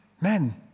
men